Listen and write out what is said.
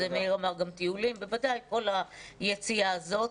מאיר אמר גם טיולים, בוודאי, כל היציאה הזאת.